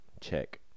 check